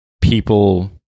people